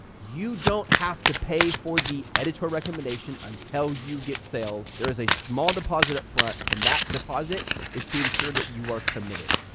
you don't have to pay for the editorial recommendation until you get sales. there is a small deposit up front and that deposit is to ensure that you are committed.